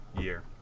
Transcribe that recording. year